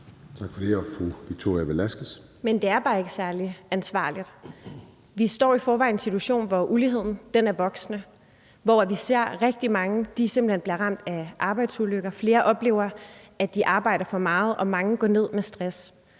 Men det er bare ikke særlig ansvarligt. Vi står i forvejen i en situation, hvor uligheden er voksende, og hvor vi ser, at rigtig mange simpelt hen bliver ramt af arbejdsulykker; flere oplever, at de arbejder for meget, og mange går ned med stress.